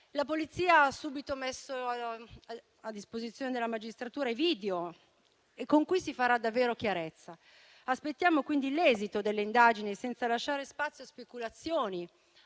La Polizia ha subito messo a disposizione della magistratura i video, con cui si farà davvero chiarezza. Aspettiamo quindi l'esito delle indagini, senza lasciare spazio a speculazioni